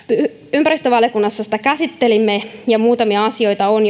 ympäristövaliokunnassa sitä käsittelimme ja muutamia asioita on